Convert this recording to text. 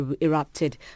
erupted